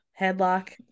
headlock